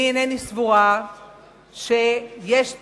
אני אינני סבורה שיש צורך,